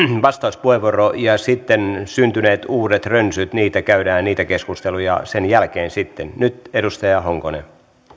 vastauspuheenvuoro ja sitten syntyneistä uusista rönsyistä käydään niitä keskusteluja sen jälkeen sitten nyt edustaja honkonen